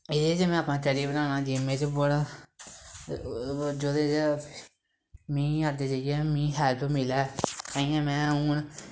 एह्दे च में अपने कैरियर बनाना गेमें च बड़ा जेह्दे च मीं अग्गै जाइयै मीं हैल्प मिलै ताइयें में हून